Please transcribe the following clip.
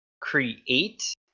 create